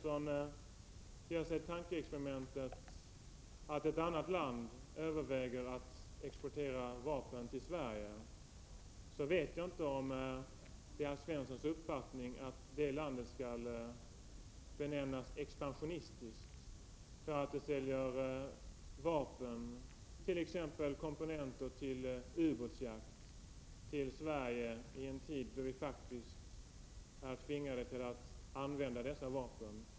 Om ett annat land överväger att exportera vapen till Sverige vet jag inte om Alf Svensson anser att det landet skall benämnas som expansionistiskt, t.ex. om man säljer komponenter till ubåtsjaktsfartyg i Sverige i en tid då vi faktiskt är tvingade att använda dessa vapen.